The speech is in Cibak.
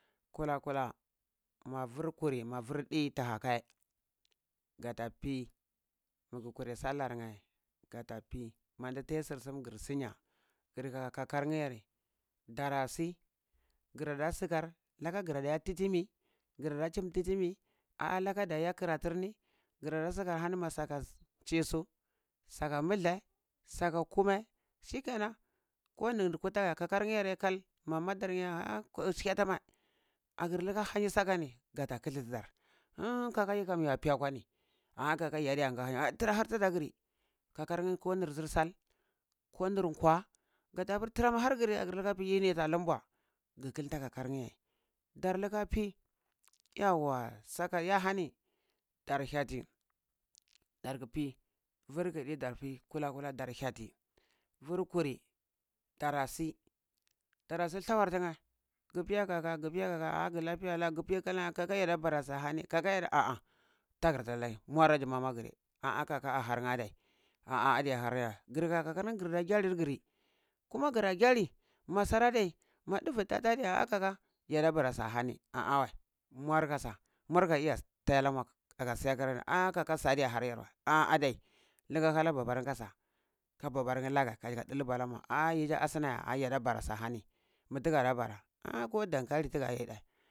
Kula kula ma vur kuri ma vur əi tahakai gata pi magu kurai sallarnye gata pi mandi thai sir sum ngir sumya gir kaka kakarnye yere dara si girada sikar laka girada iya titini girada chim titini laka da iya karaturni grada sakar haka hani ma saka chisu, saka mulde saka kuməi shikenan ko nir kuta gya kakar yar de kal, ma madar hyata ma agir lika hanyi sakani gata kithi tidar uh kaka yikam ya piya kwa ni ah kaka yikam ya piya kwa ni ah kaka yarde ya ga hanyi aah tira kwa tada gri kakarnye ko nir zir sal, ko nir nkwa, gata hapur trama ahar giri agri lika pi yata lumba gi kilta kakanye dar lika pi yauwa saka iya ani dar hyati darku pi vur kuri tara si tara si thawar tinye, gi piyah kaka gipiya ah gi lafiya la, gi pi kalang kaka yada bara su hani, kaka yada ah ah tagrata lai mora ji mama gri ah ah kaka aharnye ada ahah adi aha yeh. Gir ka karnye girka gyalir giri kuma gra gyali masara dai ma duvu ta da diya ah aha kaka yarda bara su ahani ah ah wəi muar kasa, mor ka iya thai lamur aga siya kir ah ah sa adiya ahar yar wəi ah adai lilo halar babarnye kasa ka babarnye lagye kagu ɗilba lamur ah yiza asna ya yada bara su ahani mutu gada bara? Ah ko dankali ti gada yiəai